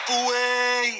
away